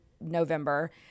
November